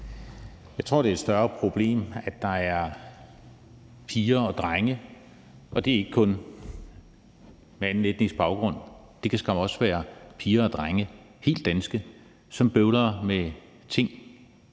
Jeg tror, at det er et større problem, at der er piger og drenge – og det er ikke kun med anden etnisk baggrund, det kan skam også være piger og drenge, der er helt danske – som bøvler med ting